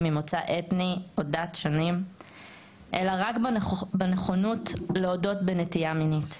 ממוצא אתני או דת שונים אלא רק בנכונות להודות בנטייה מינית.